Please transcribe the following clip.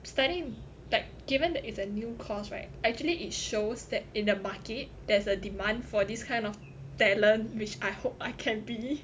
studying like given that it's a new course right actually it shows that in the market there is a demand for this kind of talent which I hope I can be